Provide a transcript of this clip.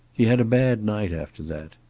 he had a bad night after that.